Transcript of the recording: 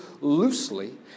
loosely